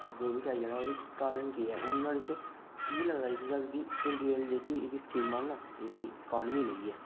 ओह्दे च कारण केह् ऐ हून एह्दे च मिगी लगदा जित्थै तक इंडिया दी जेह्की स्कीमां न ओह् इकानमी लेई गै न